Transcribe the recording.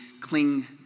cling